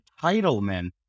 entitlement